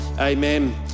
Amen